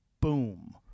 boom